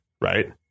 right